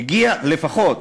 הגיע ללפחות